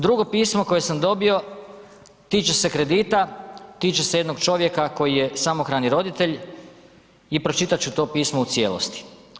Drugo pismo koje sam dobio tiče se kredita, tiče se jednog čovjeka koji je samohrani roditelj i pročitati ću to pismo u cijelosti.